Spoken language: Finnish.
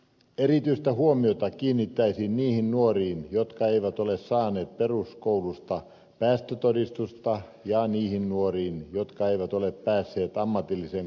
erityistä huomiota kiinnittäisin niihin nuoriin jotka eivät ole saaneet peruskoulusta päästötodistusta ja niihin nuoriin jotka eivät ole päässeet ammatilliseen koulutukseen